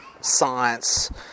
science